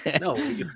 No